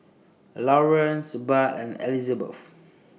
Laureen's Budd and Elizabeth